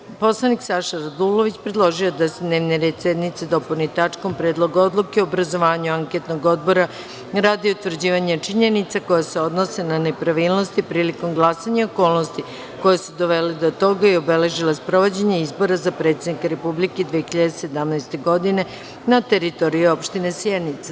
Narodni poslanik Saša Radulović predložio je da se dnevni red sednice dopuni tačkom – Predlog odluke o obrazovanju anketnog odbora radi utvrđivanja činjenice koja se odnose na nepravilnosti prilikom glasanja okolnosti koje su dovele do toga i obeležili sprovođenje izbora za predsednika Republike 2017. godine, na teritoriji opštine Sjenica.